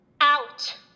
Out